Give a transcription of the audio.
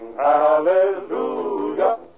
Hallelujah